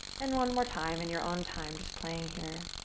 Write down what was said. and one more time, in your own time, just playing here.